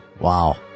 Wow